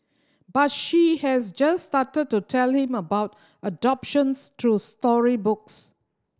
but she has just started to tell him about adoptions through storybooks